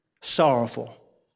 sorrowful